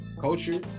culture